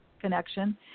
connection